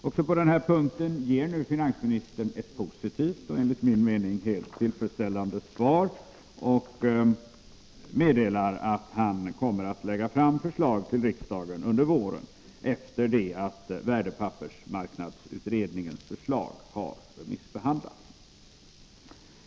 Också på denna punkt ger finansministern ett positivt och enligt min mening helt tillfredsställande svar och meddelar att han kommer att lägga fram förslag till riksdagen under våren, efter det att värdepappersmarknadsutredningens förslag har remissbehandlats.